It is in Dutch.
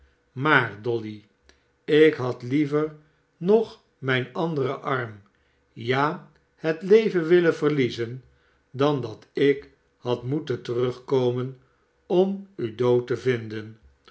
maar dolly ik had liever nog mijn anderen arm ja het leven willen verliezen dan dat ik had moeten terugkomen om u dood te vinden